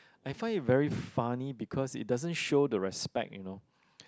I find it very funny because it doesn't show the respect you know